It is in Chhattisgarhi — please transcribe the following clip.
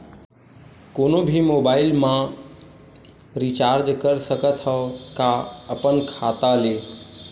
कोनो भी मोबाइल मा रिचार्ज कर सकथव का अपन खाता ले?